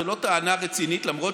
זו לא טענה רצינית, למרות